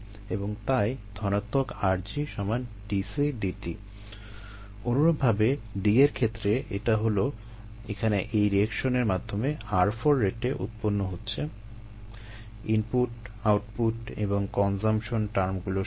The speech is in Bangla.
এবং তাই ধনাত্মক rg সমান d C dt অনুরূপভাবে D এর ক্ষেত্রে এটা হলো এখানে এই রিয়েকশনের মাধ্যমে r4 রেটে উৎপন্ন হচ্ছে ইনপুট আউটপুট এবং কনজাম্পশন টার্মগুলো শূণ্য